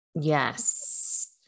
Yes